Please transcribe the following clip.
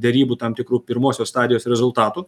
derybų tam tikrų pirmosios stadijos rezultatų